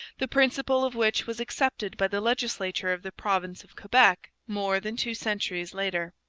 the principle of which was accepted by the legislature of the province of quebec more than two centuries later.